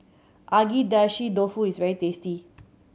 Agedashi Dofu is very tasty